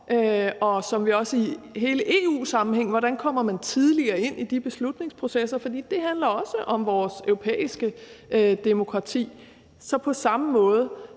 der pågår, også i hele EU-sammenhængen, altså hvordan man kommer tidligere ind i de beslutningsprocesser. For det handler også om vores europæiske demokrati. På samme måde